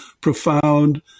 profound